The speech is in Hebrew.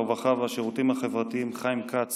הרווחה והשירותים החברתיים חיים כץ